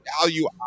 value